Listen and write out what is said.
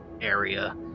area